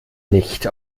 nicht